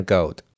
Gold